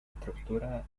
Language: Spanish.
estructura